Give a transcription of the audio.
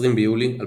20 ביולי 2007